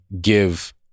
give